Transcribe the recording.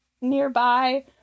nearby